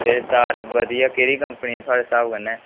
ते तार बधिया केह्ड़ी कंपनी दी थुआढ़े स्हाब कन्नै